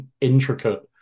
intricate